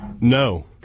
No